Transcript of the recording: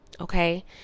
Okay